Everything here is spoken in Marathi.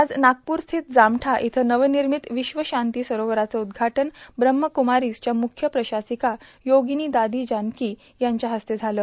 आज नागपूरस्थित जामठा इथं नवनिर्मित विश्व शांती सरोवराचं उद्घाटन ब्रम्हाक्रमारीज च्या म्रख्य प्रशासिका योगिनी दादी जानकी यांच्या हस्ते झालं